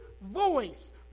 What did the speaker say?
voice